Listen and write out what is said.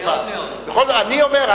אני אומר,